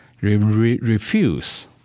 refuse